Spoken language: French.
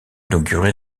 inauguré